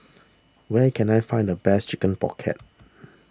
where can I find the best Chicken Pocket